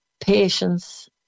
patience